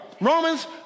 Romans